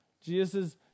Jesus